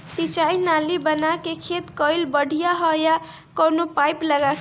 सिंचाई नाली बना के खेती कईल बढ़िया ह या कवनो पाइप लगा के?